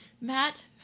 Matt